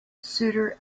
suitor